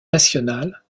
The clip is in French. national